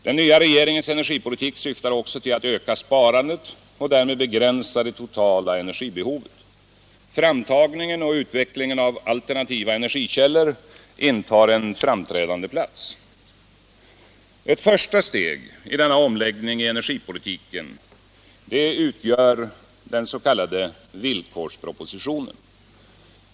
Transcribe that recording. Den nya regeringens energipolitik syftar också till att öka sparandet och därmed begränsa det totala energibehovet. Framtagningen och utvecklingen av alternativa energikällor intar en framträdande plats. Ett första steg i denna omläggning i energipolitiken utgör den s.k. villkorspropositionen.